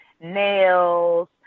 nails